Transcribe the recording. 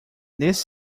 this